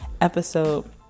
episode